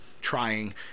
trying